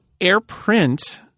AirPrint